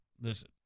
Listen